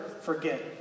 forget